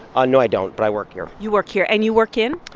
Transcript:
ah no, i don't, but i work here you work here. and you work in?